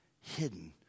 hidden